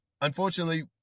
unfortunately